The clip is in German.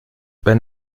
wenn